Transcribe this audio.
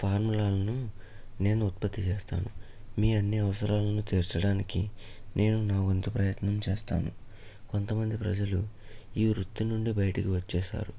ఫార్ములాలను నేను ఉత్పత్తి చేస్తాను మీ అన్నీ అవసరాలను తీర్చడానికి నేను నా వంతు ప్రయత్నం చేస్తాను కొంతమంది ప్రజలు ఈ వృత్తి నుండి బైటకు వచ్చేసారు